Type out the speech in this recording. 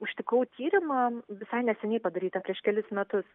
užtikau tyrimą visai neseniai padarytą prieš kelis metus